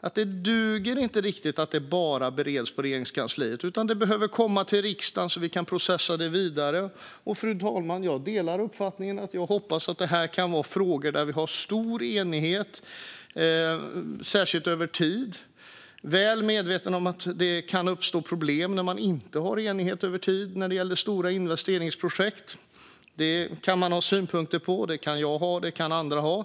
att det inte riktigt duger att det bara bereds i Regeringskansliet. Det behöver komma till riksdagen så att vi kan processa det vidare. Och jag delar förhoppningen att det här kan vara frågor där vi har stor enighet, särskilt över tid. Jag är väl medveten om att det kan uppstå problem när man inte har enighet över tid när det gäller stora investeringsprojekt. Det kan man ha synpunkter på; det kan jag ha, och det kan andra ha.